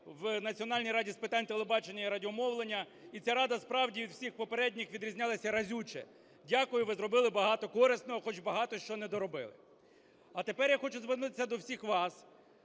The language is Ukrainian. в Національній раді з питань телебачення і радіомовлення. І ця рада, справді, зі всіх попередніх, відрізнялася разюче. Дякую. Ви зробили багато корисного, хоч і багато що не доробили. А тепер я хочу звернутися до всіх вас.